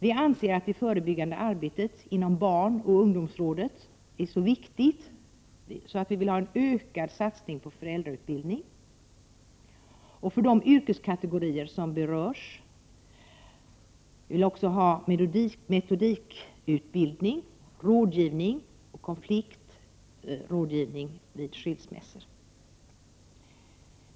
Vi anser att det förebyggande arbetet inom barnoch ungdomsrådet är så viktigt att vi vill ha en ökad satsning på föräldrautbildning och utbildning för de yrkeskategorier som berörs. Vi vill också ha metodikutbildning och konfliktrådgivning vid skilsmässor.